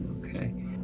okay